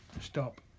Stop